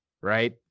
Right